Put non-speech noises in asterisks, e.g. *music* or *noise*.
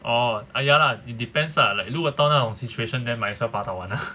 orh ah ya lah it depends lah like 如果到那种 situation then might as well 拔到完 lah *breath*